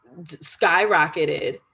skyrocketed